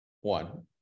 one